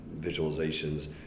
visualizations